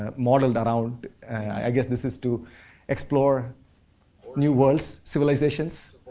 ah modeled around i guess this is to explore new worlds, civilizations.